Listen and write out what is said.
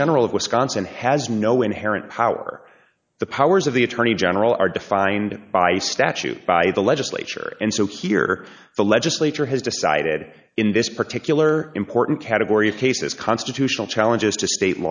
general of wisconsin has no inherent power the powers of the attorney general are defined by statute by the legislature and so here the legislature has decided in this particular important category of cases constitutional challenges to state